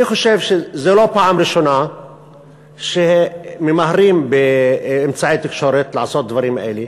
אני חושב שזו לא פעם ראשונה שממהרים באמצעי התקשורת לעשות דברים אלה.